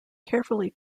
carefully